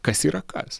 kas yra kas